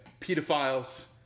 pedophiles